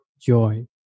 Joy